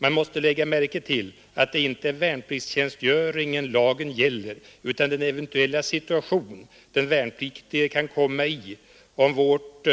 Man måste lägga märke till att det inte är värnpliktstjänstgöringen lagen gäller utan den eventuella situation den värnpliktige kan komma i om vårt